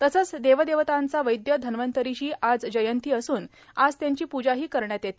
तसंच देवदेवतांचा वैद्य धन्वंतरोंची आज जयंती असून आज त्यांची पूजा करण्यात येते